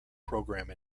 program